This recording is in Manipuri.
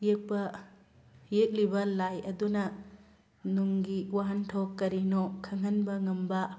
ꯌꯦꯛꯄ ꯌꯦꯛꯂꯤꯕ ꯂꯥꯏ ꯑꯗꯨꯅ ꯅꯨꯡꯒꯤ ꯋꯥꯍꯟꯊꯣꯛ ꯀꯔꯤꯅꯣ ꯈꯪꯍꯟꯕ ꯉꯝꯕ